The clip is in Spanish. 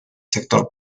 sector